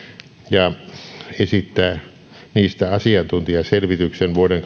ja esittää niistä asiantuntijaselvityksen vuoden